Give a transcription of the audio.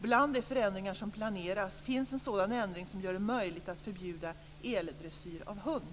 Bland de förändringar som planeras finns en sådan ändring som gör det möjligt att förbjuda eldressyr av hund.